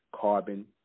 carbon